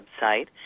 website